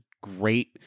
great